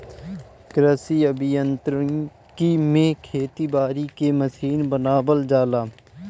कृषि अभियांत्रिकी में खेती बारी के मशीन बनावल जाला